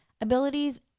abilities